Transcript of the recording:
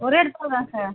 ஒரே இடத்தில் தான் சார்